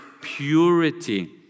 purity